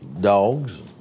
dogs